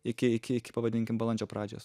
iki iki iki pavadinkim balandžio pradžios